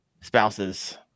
spouses